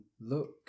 Look